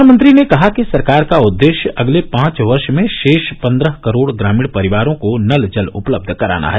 प्रधानमंत्री ने कहा कि सरकार का उद्देश्य अगले पांच वर्ष में शेष पन्द्रह करोड़ ग्रामीण परिवारों को नल जल उपलब्ध कराना है